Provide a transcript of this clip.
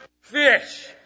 fish